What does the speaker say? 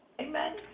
Amen